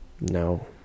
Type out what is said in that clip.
no